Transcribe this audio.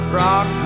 rock